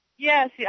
Yes